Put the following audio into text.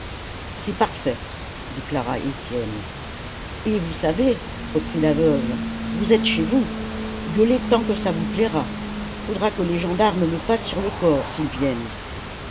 c'est parfait déclara étienne et vous savez reprit la veuve vous êtes chez vous gueulez tant que ça vous plaira faudra que les gendarmes me passent sur le corps s'ils viennent